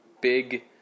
big